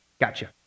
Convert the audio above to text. gotcha